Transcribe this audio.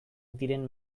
diren